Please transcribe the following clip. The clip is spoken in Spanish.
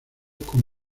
como